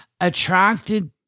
attracted